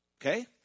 Okay